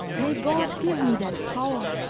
may god give me that power!